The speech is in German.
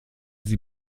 sie